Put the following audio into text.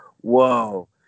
whoa